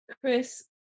Chris